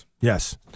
Yes